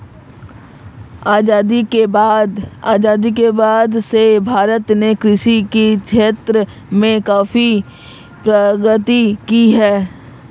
आजादी के बाद से भारत ने कृषि के क्षेत्र में काफी प्रगति की है